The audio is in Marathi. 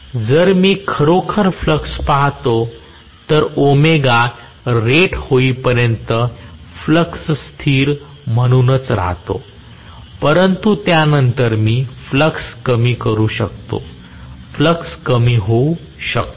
तर जर मी खरोखर फ्लक्स पाहतो तर ओमेगा रेट होईपर्यंत फ्लक्स स्थिर म्हणूनच राहतो परंतु त्या नंतर मी फ्लक्स कमी करू शकतो फ्लक्स कमी होऊ शकतो